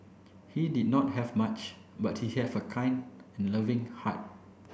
he did not have much but he have a kind and loving heart